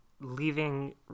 leaving